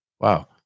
Wow